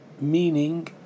meaning